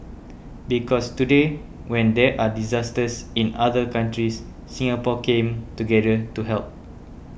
because today when there are disasters in other countries Singapore came together to help